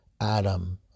Adam